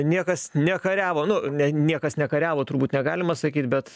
niekas nekariavo nu ne niekas nekariavo turbūt negalima sakyti bet